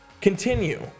Continue